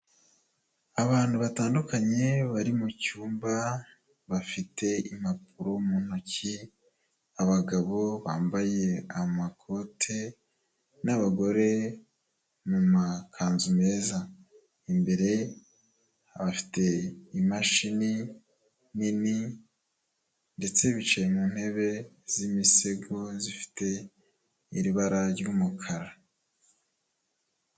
Abantu batandukanye bari mu cyumba bafite impapuro mu ntoki, abagabo bambaye amakote n'abagore mu makanzu meza, imbere bafite imashini nini ndetse bicaye mu ntebe z'imisego zifite iri bara ry'umukara.